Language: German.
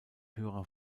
höherer